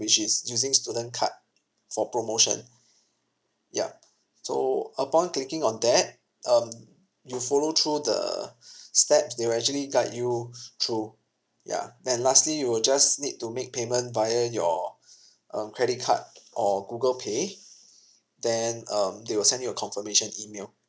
which is using student card for promotion yup so upon clicking on that um you follow through the steps they will actually guide you through ya then lastly you'll just need to make payment via your um credit card or google pay then um they will send you a confirmation email